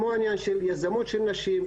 כמו עניין של יזומות של נשים.